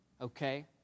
Okay